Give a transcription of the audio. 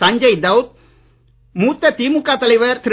சஞ்சய் ரவுத் மூத்த திமுக தலைவர் திரு